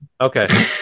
okay